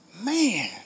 Man